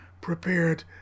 prepared